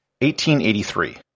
1883